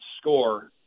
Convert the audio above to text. score